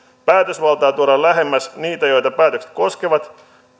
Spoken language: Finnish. päätösvaltaa tuodaan lähemmäs niitä joita päätökset koskevat